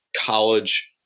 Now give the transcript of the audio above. college